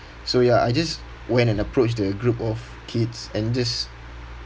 so ya I just went and approach the group of kids and just